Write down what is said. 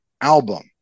album